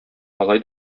алай